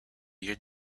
your